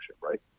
right